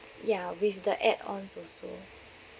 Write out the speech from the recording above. yeah with the add ons also